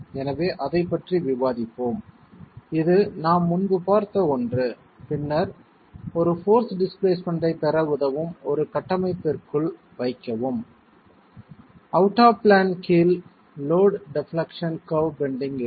எனவே அதைப் பற்றி விவாதிப்போம் இது நாம் முன்பு பார்த்த ஒன்று பின்னர் ஒரு போர்ஸ் டிஸ்பிளேஸ்மென்ட்டைப் பெற உதவும் ஒரு கட்டமைப்பிற்குள் வைக்கவும் அவுட் ஆப் பிளான் கீழ் லோட் டெப்லெக்சன் கர்வ் பெண்டிங் இருக்கும்